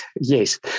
yes